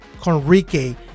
Conrique